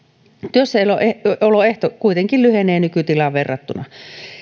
työssäoloehto työssäoloehto kuitenkin lyhenee nykytilaan verrattuna